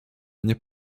nie